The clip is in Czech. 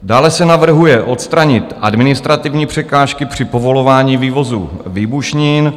Dále se navrhuje odstranit administrativní překážky při povolování vývozu výbušnin.